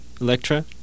Electra